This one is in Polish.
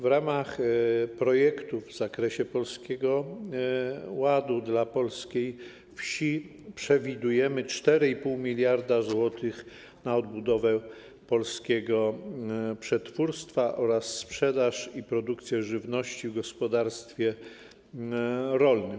W ramach projektów w zakresie Polskiego Ładu dla polskiej wsi przewidujemy 4,5 mld zł na odbudowę polskiego przetwórstwa oraz sprzedaż i produkcję żywności w gospodarstwie rolnym.